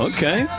Okay